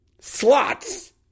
slots